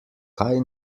kaj